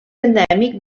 endèmic